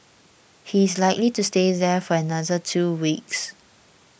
he is likely to stay there for another two weeks